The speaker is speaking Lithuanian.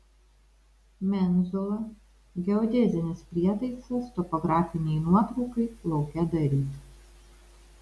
menzula geodezinis prietaisas topografinei nuotraukai lauke daryti